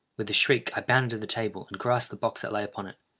with a shriek i bounded to the table, and grasped the box that lay upon it.